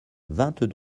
vingt